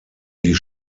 die